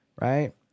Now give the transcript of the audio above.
Right